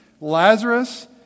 Lazarus